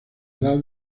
edad